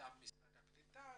מטעם משרד הקליטה.